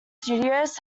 studios